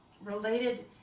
related